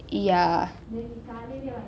ya